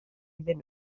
iddyn